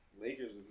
Lakers